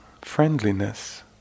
friendliness